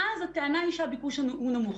ואז הטענה היא שהביקוש נמוך.